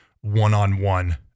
one-on-one